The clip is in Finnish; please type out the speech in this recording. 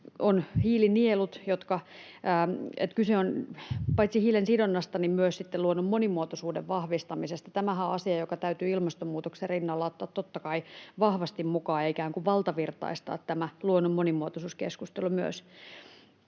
on hiilinielut, ja kyse on paitsi hiilensidonnasta myös sitten luonnon monimuotoisuuden vahvistamisesta. Tämähän on asia, joka täytyy ilmastonmuutoksen rinnalla ottaa totta kai vahvasti mukaan ja ikään kuin valtavirtaistaa tämä luonnon monimuotoisuuskeskustelu myös.